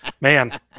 man